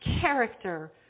character